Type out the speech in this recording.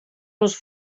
les